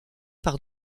par